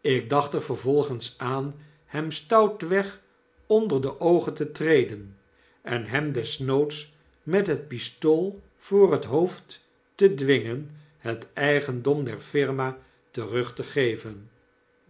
ik dacht er vervolgens aan hem stoutweg onder de oogen te treden en hem desnoods met het pistool voor het hoofd te dwingen het eigendom derfirma terug te geven